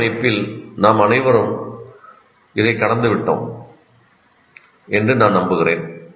பள்ளி அமைப்பில் நாம் அனைவரும் இதைக் கடந்துவிட்டோம் என்று நான் நம்புகிறேன்